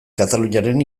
kataluniaren